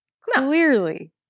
clearly